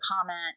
comment